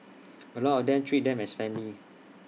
A lot of them treat them as family